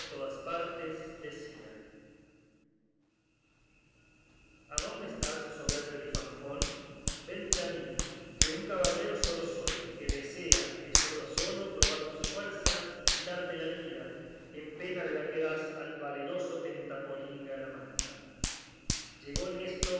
todas partes decía adónde estás soberbio alifanfuón vente a mí que un caballero solo soy que desea de solo a solo probar tus fuerzas y quitarte la vida en pena de la que das al valeroso pentapolín garamanta llegó en esto